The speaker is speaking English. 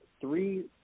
three